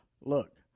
look